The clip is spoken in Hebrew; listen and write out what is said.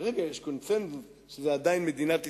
כרגע יש קונסנזוס שזה עדיין מדינת ישראל.